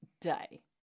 day